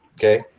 Okay